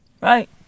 Right